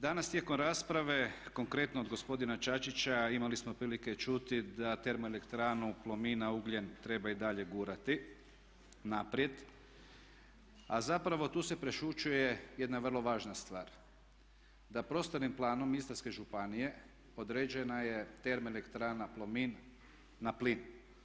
Danas tijekom rasprave konkretno od gospodina Čačića imali smo prilike čuti da termoelektranu Plomin na ugljen treba i dalje gurati naprijed, a zapravo tu se prešućuje jedna vrlo važna stvar da prostornim planom Istarske županije određena je termoelektrana Plomin na plin.